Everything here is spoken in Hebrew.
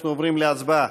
אנחנו עוברים להצבעה.